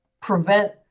prevent